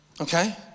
Okay